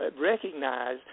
recognize